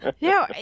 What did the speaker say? No